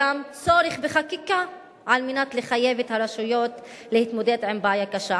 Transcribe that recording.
יש צורך בחקיקה כדי לחייב את הרשויות להתמודד עם הבעיה הקשה.